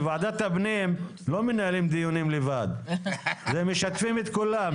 בוועדת הפנים לא מנהלים דיונים לבד ומשתפים את כולם,